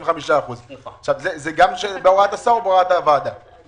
זה צריך את הוועדה או